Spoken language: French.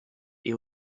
est